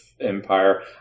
Empire